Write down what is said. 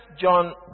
John